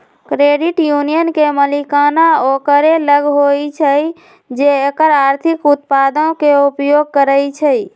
credit union के मलिकाना ओकरे लग होइ छइ जे एकर आर्थिक उत्पादों के उपयोग करइ छइ